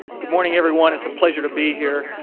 good morning everyone, it's a pleasure to be here.